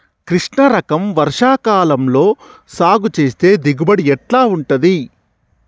కృష్ణ రకం వర్ష కాలం లో సాగు చేస్తే దిగుబడి ఎట్లా ఉంటది?